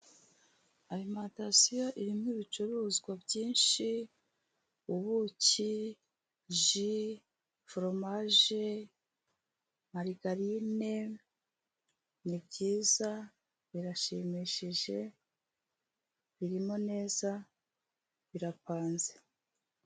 Alimatasiyo irimo ibicuruzwa byinshi, ubuki, ji, foromaje, marigarine, ni byiza birashimishije, birimo neza birapanze.